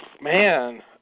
Man